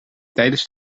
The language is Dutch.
tijdens